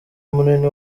munini